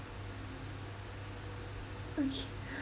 okay